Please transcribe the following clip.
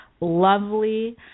lovely